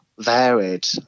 Varied